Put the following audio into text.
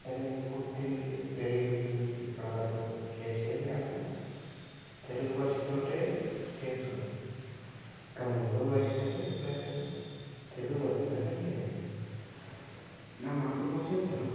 అంటే నేను పుట్టింది పెరిగింది ఇప్పటి వరకు చేసేది అంతా తెలుగు భాషతో చేస్తున్నా ఇక ముందు అయినా సరే ఎప్పుడైనా సరే తెలుగు ఎందుకంటే నా మాతృభాష తెలుగు